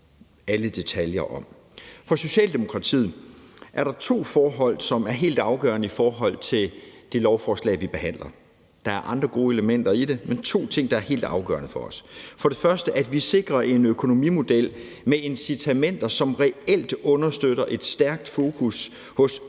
For Socialdemokratiet er der to forhold, som er helt afgørende i forhold til det lovforslag, vi behandler. Der er andre gode elementer i det, men der er to ting, der er helt afgørende for os. For det første er det afgørende, at vi sikrer en økonomimodel med incitamenter, som reelt understøtter et stærkt fokus hos